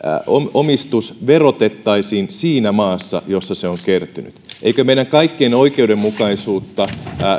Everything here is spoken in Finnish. omistus verotettaisiin siinä maassa jossa se on kertynyt eikö meidän kaikkien mielestä oikeudenmukaisuutta